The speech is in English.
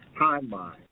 timeline